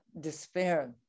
despair